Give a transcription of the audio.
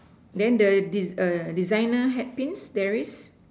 then the des~ err designer hair pins there is